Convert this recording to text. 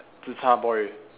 zi char boy